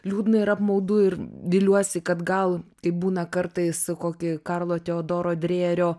liūdna ir apmaudu ir viliuosi kad gal kaip būna kartais kokį karlo teodoro drejerio